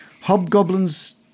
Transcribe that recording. hobgoblin's